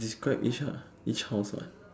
describe each ah each horse what